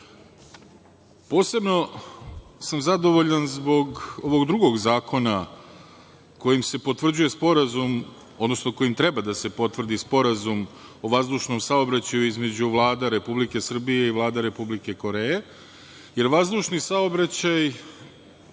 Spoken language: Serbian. postoje. Posebno sam zadovoljan zbog ovog drugog zakona kojim se potvrđuje sporazum, odnosno kojim treba da se potvrdi Sporazum o vazdušnom saobraćaju između Vlade Republike Srbije i Vlade Republike Koreje, jer vazdušni saobraćaj,